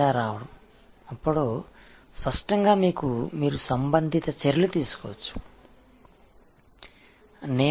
பிறகு வெளிப்படையாக நீங்கள் தொடர்புடைய நடவடிக்கைகளை எடுக்கலாம்